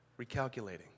Recalculating